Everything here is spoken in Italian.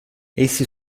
essi